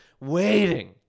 waiting